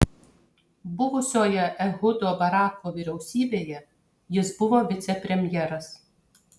buvusioje ehudo barako vyriausybėje jis buvo vicepremjeras